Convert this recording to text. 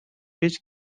his